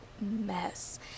mess